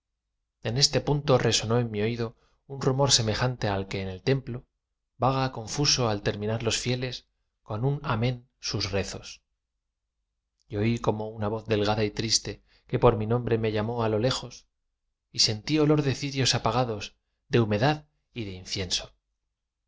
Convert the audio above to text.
en este punto resonó en mi oído un rumor semejante al que en el templo vaga confuso al terminar los fieles con un amén sus rezos y oí como una voz delgada y triste que por mi nombre me llamó á lo lejos y sentí olor de cirios apagados de humedad y de incienso